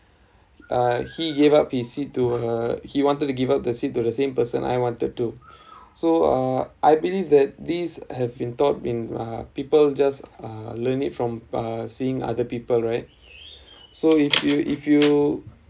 uh he gave up his seat to her he wanted to give up the seat to the same person I wanted to so uh I believe that these have been taught in uh people just uh learn it from seeing other people right so if you if you